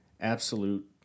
absolute